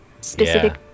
specific